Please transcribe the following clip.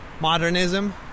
modernism